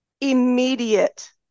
Immediate